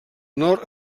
nord